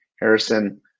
Harrison